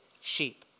sheep